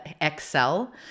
excel